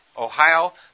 Ohio